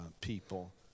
people